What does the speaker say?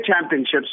championships